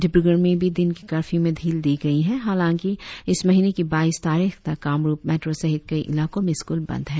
डिब्रगढ़ में भी दिन के कर्फ्यू में ढील दि गई है हालांकि इस महीने की बाईस तारीख तक कामरुप मैट्रो सहित कई इलाकों में स्कूल बंद हैं